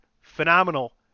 Phenomenal